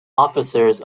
officers